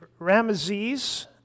Ramesses